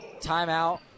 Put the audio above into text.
Timeout